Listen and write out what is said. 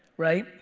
right?